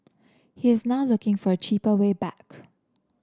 he is now looking for a cheaper way back